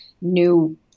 new